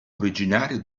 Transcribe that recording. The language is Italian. originario